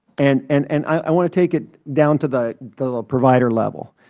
and and and i want to take it down to the the provider level.